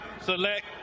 select